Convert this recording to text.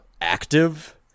Active